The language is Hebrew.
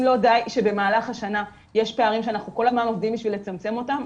אם לא די שבמהלך השנה יש פערים שאנחנו כל הזמן עובדים בשביל לצמצם אותם,